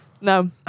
No